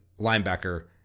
linebacker